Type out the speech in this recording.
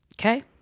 Okay